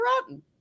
rotten